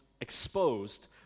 exposed